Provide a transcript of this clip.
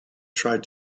tried